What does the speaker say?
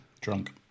Drunk